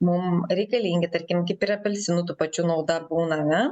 mum reikalingi tarkim kaip ir apelsinų tų pačių nauda būna ar ne